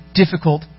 difficult